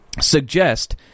suggest